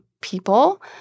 people